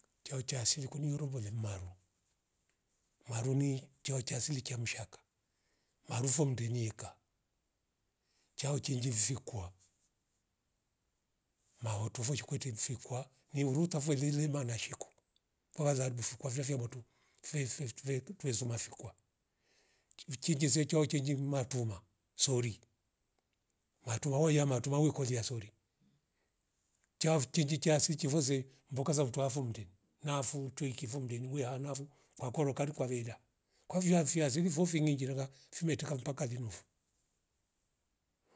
Chau chaasili kuniro mvere malo maro ni chao cha asili kiamshaka marufo mndenyi eka chao cha chilivikwa mahotova chikwete mfikwa nihurutavo lile manashiko kwazabifu kwavivia moto feife tuvetu tuwezuma fikwa finjijize chiao chinji vutoma sori matuwa hoya yatuma wukolia sori. Chav chinjinji sichi vose mboka za vutwvo mnde na futwekivo mndeni huya navo kwakoro kali kwaveila kwa viavia zilizo fingiri chirika fimetuka mpaka linufo